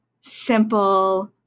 simple